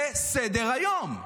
זה סדר-היום.